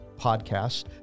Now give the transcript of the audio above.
podcast